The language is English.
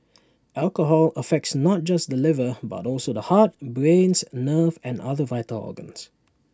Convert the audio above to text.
alcohol affects not just the liver but also the heart brains nerves and other vital organs